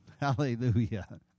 Hallelujah